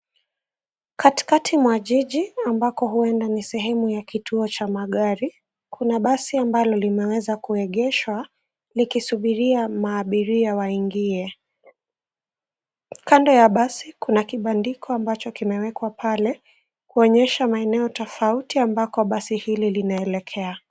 Katikati mwa jiji ambako huenda ni sehemu ya kituo cha magari, Kuna basi ambalo limeweza kuegeshwa likisubiria maabiria waingie. Kando ya basi kuna kibandiko ambacho kimewekwa pale, kuonyesha maeneo tofauti ambako basi hili linaelekea.